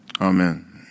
Amen